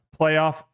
Playoff